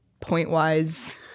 point-wise